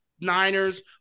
Niners